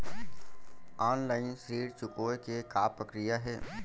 Online ऋण चुकोय के का प्रक्रिया हे?